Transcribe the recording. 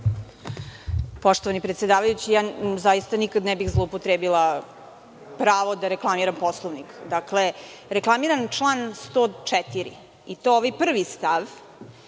Poštovani predsedavajuća, zaista nikada ne bih zloupotrebila pravo da reklamiram Poslovnik. Dakle, reklamiram član 104. i to ovaj prvi stav,